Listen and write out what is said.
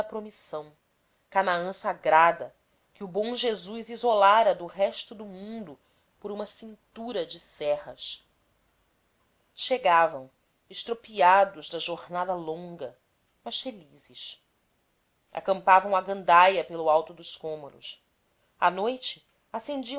promissão canaã sagrada que o bom jesus isolara do resto do mundo por uma cintura de serras chegavam estropiados da jornada longa mas felizes acampavam à gandaia pelo alto dos cômoros à noite